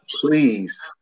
Please